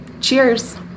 Cheers